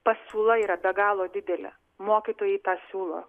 pasiūla yra be galo didelė mokytojai tą siūlo